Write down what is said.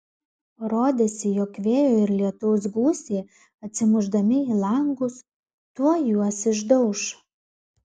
rodėsi jog vėjo ir lietaus gūsiai atsimušdami į langus tuoj juos išdauš